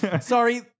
Sorry